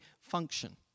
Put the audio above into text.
function